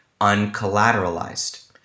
uncollateralized